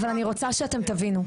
אבל אני רוצה שאתם תבינו.